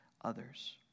others